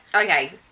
okay